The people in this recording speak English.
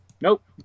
nope